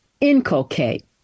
inculcate